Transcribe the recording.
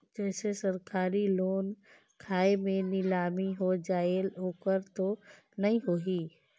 जैसे सरकारी लोन खाय मे नीलामी हो जायेल ओकर तो नइ होही?